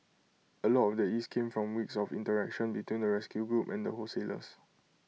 A lot of the ease came from weeks of interaction between the rescue group and the wholesalers